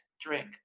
drink